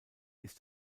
ist